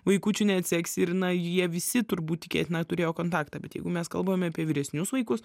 vaikučių neatseksi ir na jie visi turbūt tikėtina turėjo kontaktą bet jeigu mes kalbame apie vyresnius vaikus